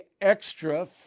extra